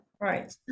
right